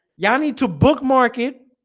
y'all need to bookmark it